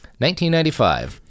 1995